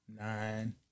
nine